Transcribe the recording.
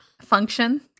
Function